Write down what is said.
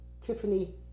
Tiffany